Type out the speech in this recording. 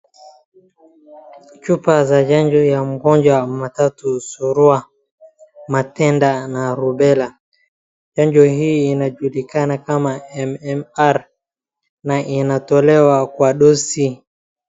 Chupa za chanjo ya mgonjwa wa matata, surua, matenda na rubela, chanjo hii inajulikana kama MMR na inatolewa kwa dosi.